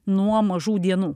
nuo mažų dienų